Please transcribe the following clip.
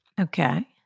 Okay